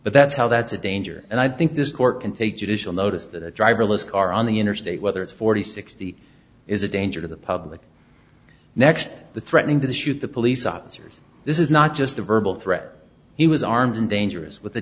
but that's how that's a danger and i think this court can take judicial notice that driverless car on the interstate whether it's forty sixty is a danger to the public next the threatening to shoot the police officers this is not just a verbal threat he was armed and dangerous with a